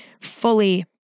fully